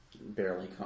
barely